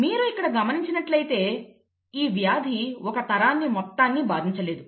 మీరు ఇక్కడ గమనించినట్లయితే ఈ వ్యాధి ఒక తరాన్ని మొత్తాన్ని బాధించలేదు